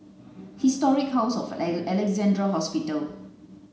Historic House of Alexandra Hospital